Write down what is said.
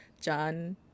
john